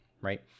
right